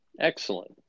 Excellent